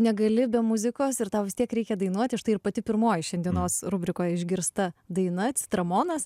negali be muzikos ir tau vis tiek reikia dainuoti užtai ir pati pirmoji šiandienos rubrikoje išgirsta daina citramonas